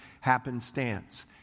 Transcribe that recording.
happenstance